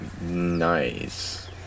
Nice